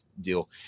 deal